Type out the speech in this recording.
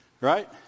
right